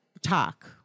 talk